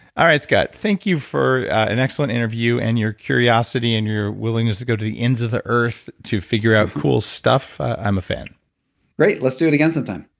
all right, scott, thank you for an excellent interview and your curiosity and your willingness to go to the ends of the earth to figure out cool stuff. i'm a fan great! let's do it again sometime.